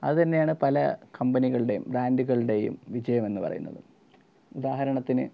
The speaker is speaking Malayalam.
അത് തന്നെയാണ് പല കമ്പനികളുടെയും ബ്രാൻഡുകളുടെയും വിജയമെന്ന് പറയുന്നത് ഉദാഹരണത്തിന്